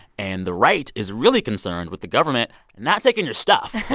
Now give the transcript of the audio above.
and the right is really concerned with the government not taking your stuff yeah